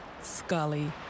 Scully